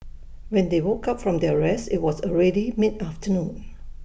when they woke up from their rest IT was already mid afternoon